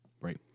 Right